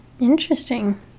Interesting